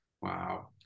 Wow